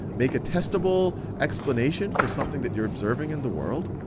make a testable explanation for something that you're observing in the world,